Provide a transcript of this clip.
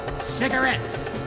Cigarettes